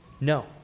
No